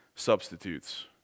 substitutes